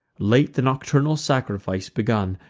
late the nocturnal sacrifice begun,